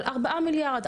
על 4 מיליארד,